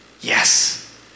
Yes